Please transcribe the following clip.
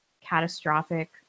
catastrophic